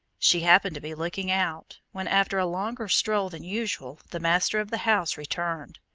she happened to be looking out, when after a longer stroll than usual the master of the house returned.